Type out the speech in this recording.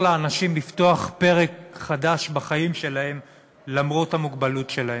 לאנשים לפתוח פרק חדש בחיים שלהם למרות המוגבלות שלהם.